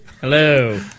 Hello